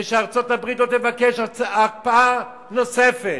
וארצות-הברית לא תבקש הקפאה נוספת.